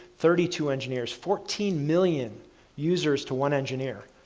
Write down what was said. thirty two engineers, fourteen million users to one engineer.